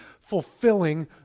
fulfilling